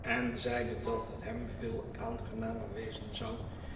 en zeide dat het hem veel aangenamer wezen zou